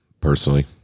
personally